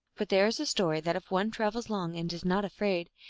but there is a story that if one travels long, and is not afraid,